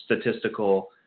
statistical